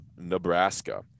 Nebraska